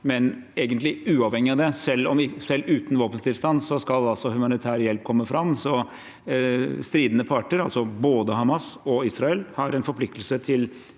men uavhengig av det, selv uten våpenstillstand, skal altså humanitær hjelp komme fram. Stridende parter, altså både Hamas og Israel, har ikke bare en forpliktelse til